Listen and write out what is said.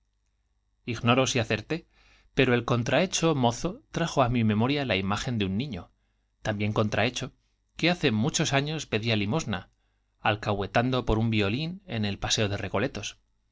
ignoro si acerté pero el contrahecho mozo trajo á mi memoria la imagen de un niño también contra hecho que hace muchos años pedía limosna alcahue teado por un violín en el paseo de recoletos